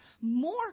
more